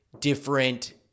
different